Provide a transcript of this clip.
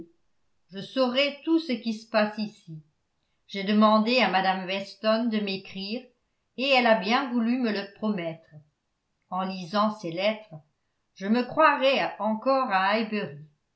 je saurai tout ce qui se passe ici j'ai demandé à mme weston de m'écrire et elle a bien voulu me le promettre en lisant ses lettres je me croirai encore à